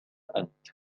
أنت